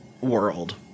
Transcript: world